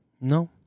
No